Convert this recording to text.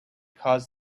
caused